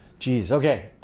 jeez, okay.